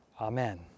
Amen